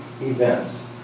events